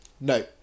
No